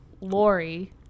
Lori